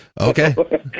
Okay